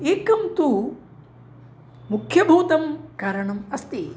एकं तु मुख्यभूतं कारणम् अस्ति